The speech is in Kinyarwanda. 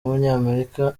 w’umunyamerika